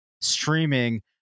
streaming